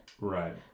Right